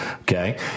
Okay